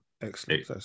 Excellent